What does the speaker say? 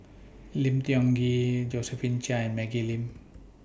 Lim Tiong Ghee Josephine Chia and Maggie Lim